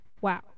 Wow